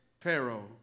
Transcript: Pharaoh